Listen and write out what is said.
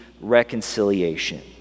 reconciliation